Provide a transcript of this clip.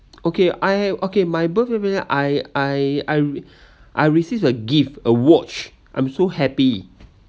okay I okay my birthday will be at I I I re~ I received a gift a watch I'm so happy